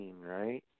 right